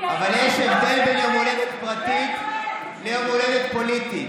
אבל יש הבדל בין יום הולדת פרטי ליום הולדת פוליטי.